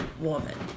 woman